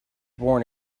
born